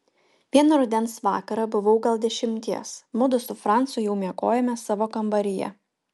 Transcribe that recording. vieną rudens vakarą buvau gal dešimties mudu su francu jau miegojome savo kambaryje